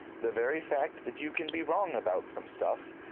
the very fact that you can be wrong about some stuff,